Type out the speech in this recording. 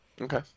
Okay